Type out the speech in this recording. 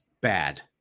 bad